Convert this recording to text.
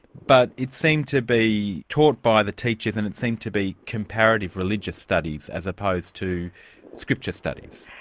but it seemed to be taught by the teachers and it seemed to be comparative religious studies as opposed to scripture studies.